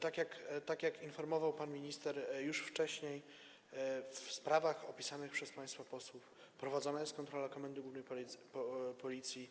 Tak jak informował pan minister już wcześniej, w sprawach opisanych przez państwa posłów prowadzona jest kontrola Komendy Głównej Policji.